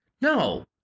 No